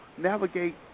navigate